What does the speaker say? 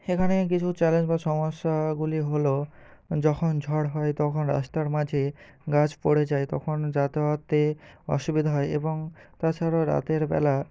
এখানে কিছু চ্যালেঞ্জ বা সমস্যাগুলি হলো যখন ঝড় হয় তখন রাস্তার মাঝে গাছ পরে যায় তখন যাতায়াতে অসুবিধা হয় এবং তাছাড়া রাতের বেলা